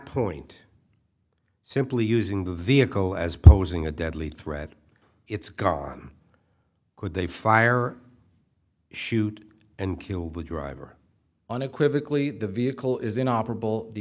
point simply using the vehicle as posing a deadly threat it's garm could they fire shoot and kill the driver unequivocally the vehicle is in operable the